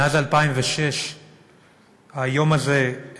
מאז 2006 היום הזה,